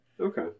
Okay